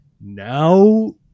now